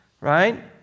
right